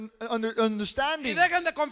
understanding